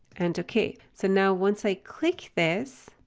and ok. so now once i click this,